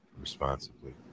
responsibly